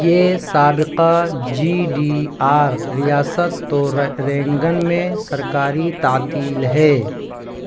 یہ سابقہ G D R ریاست تو رینگن میں سرکاری تعطیل ہے